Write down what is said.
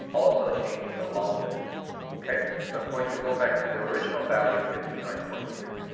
also changes along with it okay. so i'm going to go back to the original value of fifty nine point two.